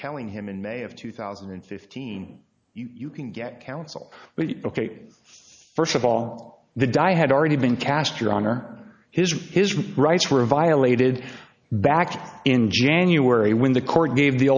telling him in may of two thousand and fifteen you can get counsel ok first of all the dye had already been cast your honor his or his rights were violated back in january when the court gave the